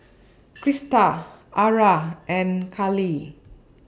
Christa Aura and Carlie